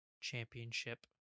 championship